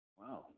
Wow